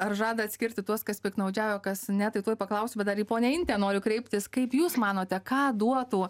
ar žada atskirti tuos kas piktnaudžiavo kas ne tai tuoj paklausiu dar į ponią intę noriu kreiptis kaip jūs manote ką duotų